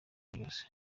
ryose